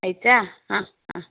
ಆಯಿತಾ ಹಾಂ ಹಾಂ ಹಾಂ